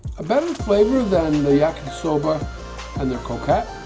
better flavor than the yakisoba and the croquette